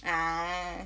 ah